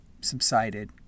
subsided